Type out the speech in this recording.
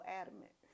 adamant